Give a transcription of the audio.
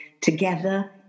together